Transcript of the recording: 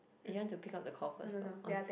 you want to pick up the call first or